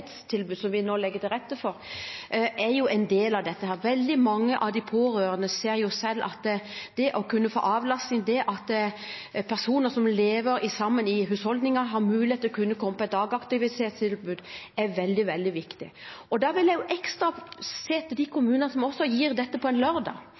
som vi nå legger til rette for, en del av dette. Veldig mange av de pårørende ser selv at det å kunne få avlastning – at personer som lever sammen i husholdningen, har mulighet til å komme på et dagaktivitetstilbud – er veldig, veldig viktig. Jeg vil se ekstra til de